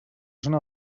zona